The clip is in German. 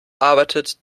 arbeitet